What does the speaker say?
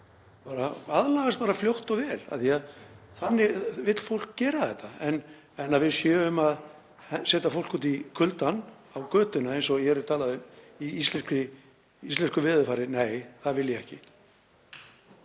aðlagaðist fljótt og vel af því að þannig vill fólk gera þetta. En að við séum að setja fólk út í kuldann, á götuna eins og er talað um, í íslensku veðurfari? Nei, það vil ég ekki.